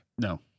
No